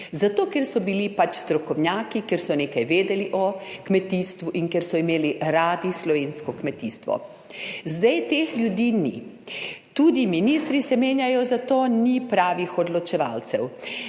zato ker so bili strokovnjaki, ker so nekaj vedeli o kmetijstvu in ker so imeli radi slovensko kmetijstvo. Zdaj teh ljudi ni. Tudi ministri se menjajo, zato ni pravih odločevalcev.